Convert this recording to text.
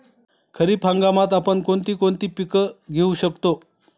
खरीप हंगामात आपण कोणती कोणती पीक घेऊ शकतो?